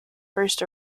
first